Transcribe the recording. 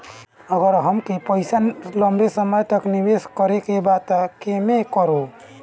अगर हमके पईसा लंबे समय तक निवेश करेके बा त केमें करों?